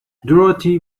dorothy